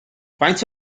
faint